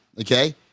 Okay